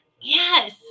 Yes